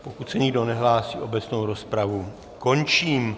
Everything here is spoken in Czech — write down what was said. Pokud se nikdo nehlásí, obecnou rozpravu končím.